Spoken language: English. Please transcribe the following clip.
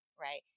right